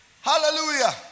Hallelujah